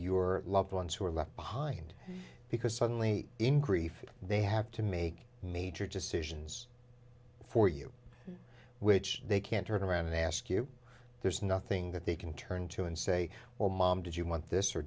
your loved ones who are left behind because suddenly in grief they have to make major decisions for you which they can't turn around and ask you there's nothing that they can turn to and say well mom did you want this or